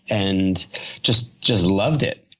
and just just loved it.